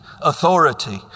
authority